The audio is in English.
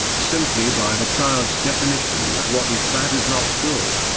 simply by the child's definition that what is bad is not good,